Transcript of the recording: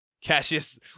Cassius